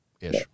Ish